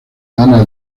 ana